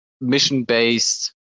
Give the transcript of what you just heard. mission-based